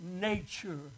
nature